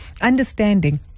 understanding